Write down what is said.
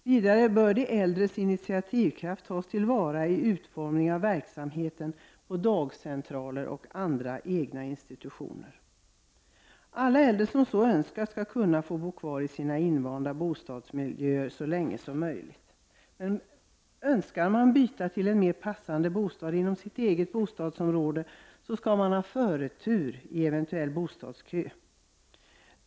Vidare bör de äldres initiativkraft tas till vara vid utformningen av verksamheten vid dagcentraler och andra egna institutioner. Alla äldre som så önskar skall kunna få bo kvar i sin invanda miljö så länge som möjligt. Men om någon önskar byta till en mer passande bostad inom sitt eget bostadsområde skall han eller hon ha förtur i en eventuell bostadskö.